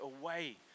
away